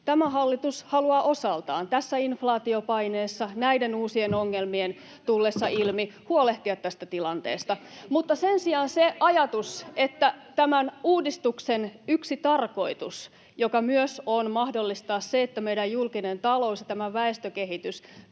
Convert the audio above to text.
Tämä hallitus haluaa osaltaan tässä inflaatiopaineessa ja näiden uusien ongelmien tullessa ilmi huolehtia tästä tilanteesta. Sen sijaan kun tämän uudistuksen yksi tarkoitus myös on mahdollistaa se, että meidän julkinen talous ja väestökehitys